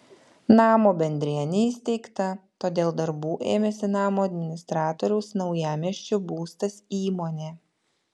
namo bendrija neįsteigta todėl darbų ėmėsi namo administratoriaus naujamiesčio būstas įmonė